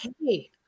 hey